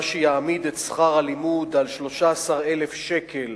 מה שיעמיד את שכר הלימוד על 13,000 שקל